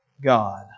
God